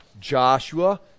Joshua